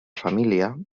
família